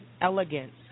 elegance